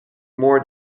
more